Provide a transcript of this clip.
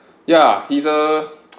ya he is a